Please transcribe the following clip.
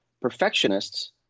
perfectionists